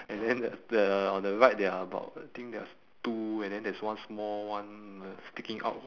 and then the the on the right there are about I think there is two and then there is one small one sticking out